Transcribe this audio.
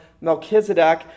Melchizedek